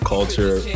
Culture